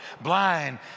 blind